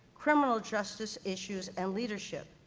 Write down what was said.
criminal justice issues, and leadership.